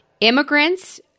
immigrants